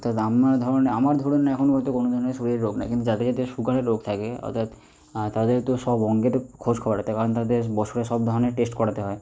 তো আপনারা আমার ধরে নিন এখন হয়তো কোনো ধরনের শরীরে রোগ নেই কিন্তু যাদের যাদের সুগারের রোগ থাকে অর্থাৎ তাদের তো সব অঙ্গেতে খোঁজখবর রাখতে হয় কারণ তাদের বছরে সব ধরনের টেস্ট করাতে হয়